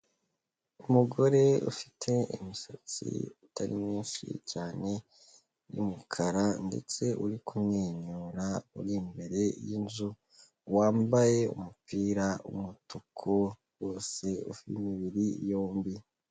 Umugore ufite imisatsi itari myinshi cyane y'umukara ndetse uri kumwenyura, uri imbere y'inzu wambaye umupira w'umutuku wose ufite imibiri yombi.